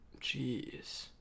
Jeez